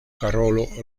karolo